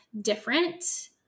different